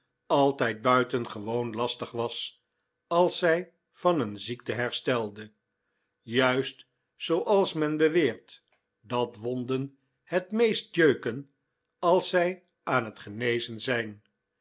altijd buitengewoon lastig was als zij van een ziekte herstelde juist zooals men beweert dat wonden het meest jeuken als zij aan het genezen zijn